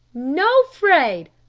no fraid,